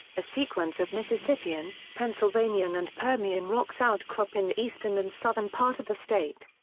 a sequence of mississippian, pennsylvanian and permian rocks outcrop in the eastern and southern part of the state.